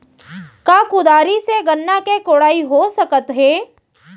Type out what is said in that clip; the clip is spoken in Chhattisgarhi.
का कुदारी से गन्ना के कोड़ाई हो सकत हे?